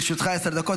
לרשותך עשר דקות.